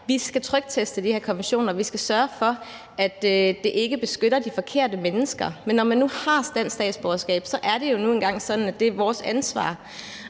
skal vi trykteste de her konventioner og sørge for, at de ikke beskytter de forkerte mennesker. Men når man nu har dansk statsborgerskab, er det jo nu engang sådan, at det er vores ansvar.